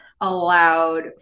allowed